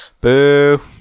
Boo